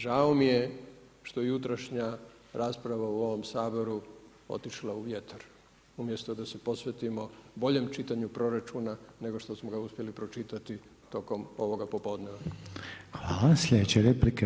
Žao mi je što jutrošnja rasprava u ovome Saboru otišla u vjetar, umjesto da se posvetimo boljem čitanju proračuna nego što smo ga uspjeli pročitati tokom ovoga popodneva.